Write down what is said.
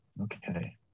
Okay